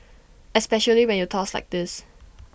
especially when you toss like this